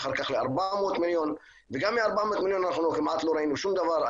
אחר כך ל-400 מיליון וגם מה-400 מיליון אנחנו כמעט לא ראינו שום דבר.